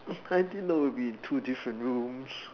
I didn't know we'll be in two different rooms